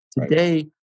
Today